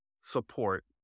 support